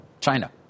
China